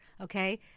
okay